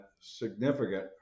significant